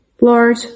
Lord